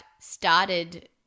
started